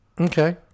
Okay